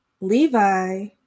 levi